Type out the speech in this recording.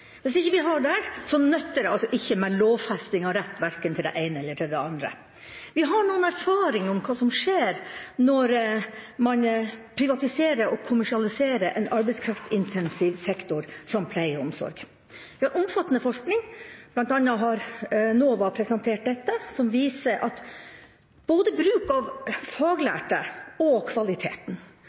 Hvis vi ikke har det, nytter det ikke med lovfesting og rett til verken det ene eller det andre. Vi har noen erfaringer med hva som skjer når man privatiserer og kommersialiserer en arbeidskraftintensiv sektor som pleie og omsorg. Vi har omfattende forskning, bl.a. har NOVA presentert dette, som viser at både bruk av faglærte og kvaliteten